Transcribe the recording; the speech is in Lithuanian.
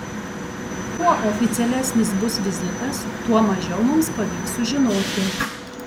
kuo oficialesnis bus vizitas tuo mažiau mums pavyks sužinoti